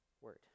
word